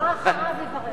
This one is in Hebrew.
הבא אחריו יברך אותו.